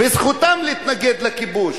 וזכותם להתנגד לכיבוש.